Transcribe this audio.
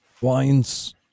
wines